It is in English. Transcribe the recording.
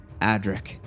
Adric